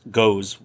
goes